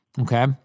Okay